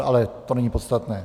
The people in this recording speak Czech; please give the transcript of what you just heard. Ale to není podstatné.